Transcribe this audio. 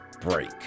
break